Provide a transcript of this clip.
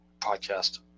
podcast